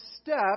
step